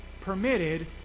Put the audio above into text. permitted